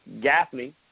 Gaffney